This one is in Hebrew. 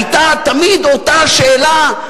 היתה תמיד אותה שאלה,